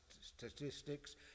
statistics